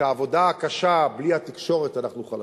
ובעבודה הקשה בלי התקשורת אנחנו חלשים.